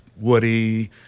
Woody